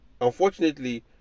unfortunately